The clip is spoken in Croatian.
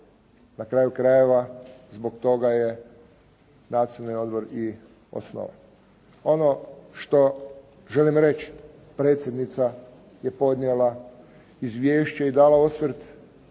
Na kraju krajeva, zbog toga je Nacionalni odbor i osnovan. Ono što želim reći, predsjednica je podnijela izvješće i dala osvrt